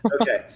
Okay